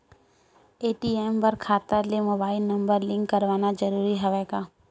ATM बर खाता ले मुबाइल नम्बर लिंक करवाना ज़रूरी हवय का?